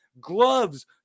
gloves